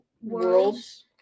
Worlds